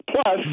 Plus